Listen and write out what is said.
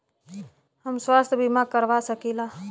हम स्वास्थ्य बीमा करवा सकी ला?